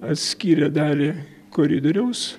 atskyrė dalį koridoriaus